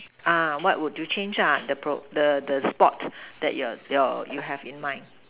uh what could you change lah the Pro the the sport that you your you have in mind